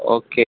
okay